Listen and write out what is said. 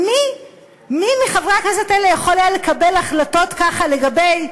מי מחברי הכנסת האלה יכול היה לקבל החלטות ככה לגבי,